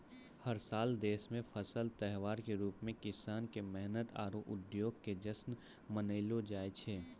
हर साल देश मॅ फसल त्योहार के रूप मॅ किसान के मेहनत आरो उद्यम के जश्न मनैलो जाय छै